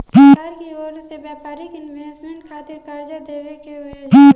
सरकार की ओर से व्यापारिक इन्वेस्टमेंट खातिर कार्जा देवे के योजना बा